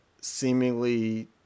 seemingly